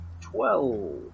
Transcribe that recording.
twelve